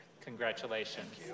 Congratulations